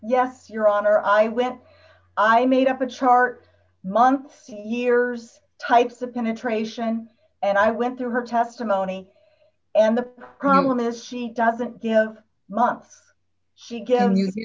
yes your honor i went i made up a chart months years types of penetration and i went through her testimony and the problem is she doesn't give month she give